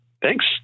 Thanks